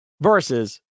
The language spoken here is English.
Versus